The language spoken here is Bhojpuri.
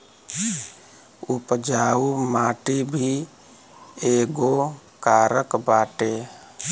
उपजाऊ माटी भी एगो कारक बाटे